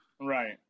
Right